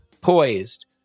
poised